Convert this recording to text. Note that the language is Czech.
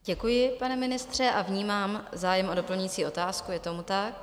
Děkuji, pane ministře, a vnímám zájem o doplňující otázku, je tomu tak?